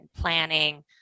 planning